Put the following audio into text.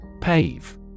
Pave